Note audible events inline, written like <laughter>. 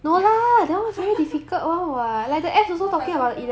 <laughs> what about some people